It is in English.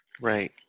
Right